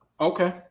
Okay